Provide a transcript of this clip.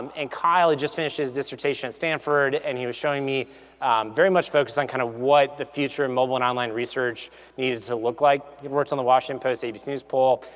and kyle just finished his dissertation at stanford and he was showing me very much focused on kind of what the future of and mobile and online research needed to look like. he works on the washington post abcs poll.